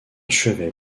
chevet